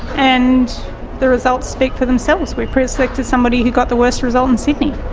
and the results speak for themselves we preselected somebody who got the worst result in sydney.